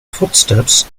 footsteps